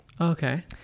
Okay